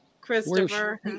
christopher